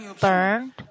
burned